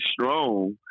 Strong